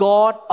God